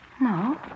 No